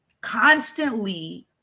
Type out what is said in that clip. Constantly